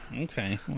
Okay